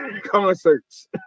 concerts